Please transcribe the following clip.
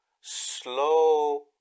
Slow